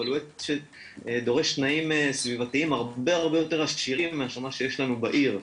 אבל הוא עץ שדורש תנאים סביבתיים הרבה יותר עשירים ממה שיש לנו בעיר.